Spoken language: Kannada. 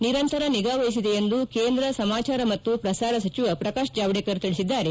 ನಿರಂತರ ನಿಗಾವಹಿಸಿದೆ ಎಂದು ಕೇಂದ್ರ ಸಮಾಚಾರ ಮತ್ತು ಪ್ರಸಾರ ಸಚಿವ ಪ್ರಕಾಶ್ ಜವಡೇಕರ್ ತಿಳಿಸಿದ್ದಾರೆ